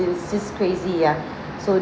it was just crazy ya so